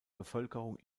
bevölkerung